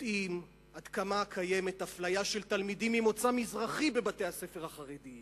יודעים עד כמה קיימת אפליה של תלמידים ממוצא מזרחי בבתי-הספר החרדיים